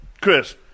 Chris